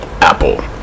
Apple